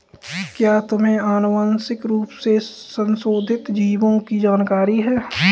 क्या तुम्हें आनुवंशिक रूप से संशोधित जीवों की जानकारी है?